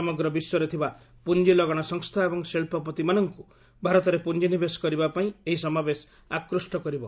ସମଗ୍ର ବିଶ୍ୱରେ ଥିବା ପୁଞ୍ଜି ଲଗାଣ ସଂସ୍ଥା ଏବଂ ଶିଳ୍ପପତିମାନଙ୍କୁ ଭାରତରେ ପୁଞ୍ଜି ନିବେଶ କରିବା ପାଇଁ ଏହି ସମାବେଶ ଆକୁଷ୍ଟ କରିବ